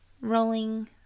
rolling